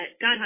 God